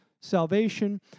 salvation